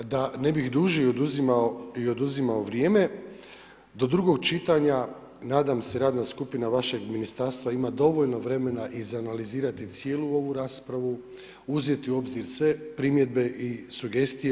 Da ne bih dužio i oduzimao vrijeme, do drugog čitanja nadam se radna skupina vašeg ministarstva ima dovoljno vremena izanalizirati cijelu ovu raspravu, uzeti u obzir sve primjedbe i sugestija.